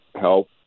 health